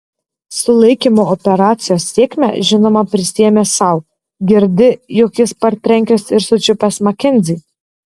sulaikymo operacijos sėkmę žinoma prisiėmė sau girdi juk jis partrenkęs ir sučiupęs makenzį